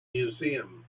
museum